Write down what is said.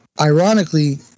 ironically